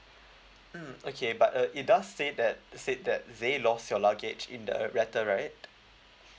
mm okay but uh it does say that said that they lost your luggage in the letter right